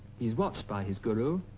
he's watched by his guru,